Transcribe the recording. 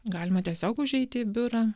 galima tiesiog užeiti į biurą